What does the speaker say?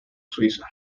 suiza